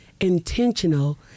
intentional